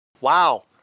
wow